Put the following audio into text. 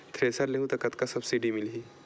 Thresher लेहूं त कतका सब्सिडी मिलही?